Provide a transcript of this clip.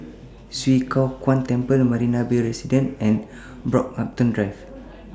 Swee Kow Kuan Temple Marina Bay Residences and Brockhampton Drive